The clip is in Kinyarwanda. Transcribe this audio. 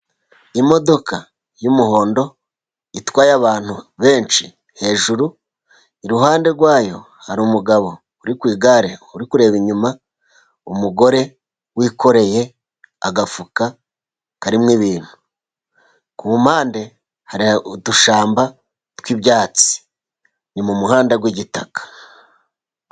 Imodoka y'umuhondo itwaye abantu benshi hejuru. Iruhande rwayo hari umugabo uri ku igare uri kureba inyuma umugore wikoreye agafuka karimwo ibintu. Ku mpande hari udushyamba twi'ibyatsi. Ni mu muhanda wigitaka.